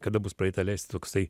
kada bus pradėta leisti toksai